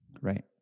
Right